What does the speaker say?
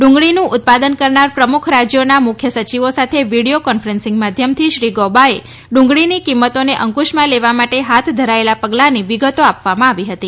ડુંગળીનું ઉત્પાદન કરનાર પ્રમુખ રાજ્યોના મુખ્ય સચિવો સાથે વિડીયો કોન્ફરન્સીંગ માધ્યમથી શ્રી ગૌબાએ ડુંગળીની કિંમતોને અંકુશમાં લેવા માટે હાથ ધરાયેલા પગલાની વિગતો આપવામાં આવી હતી